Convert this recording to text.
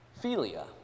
Philia